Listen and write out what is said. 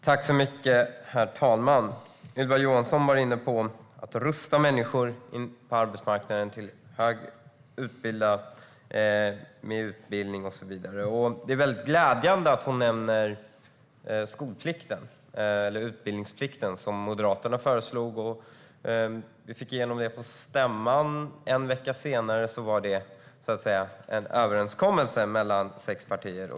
Herr talman! Ylva Johansson var inne på att rusta människor in på arbetsmarknaden genom utbildning och så vidare. Det är glädjande att hon nämner utbildningsplikten, som Moderaterna föreslagit. Vi fick igenom det på stämman, och en vecka senare var det en överenskommelse mellan sex partier.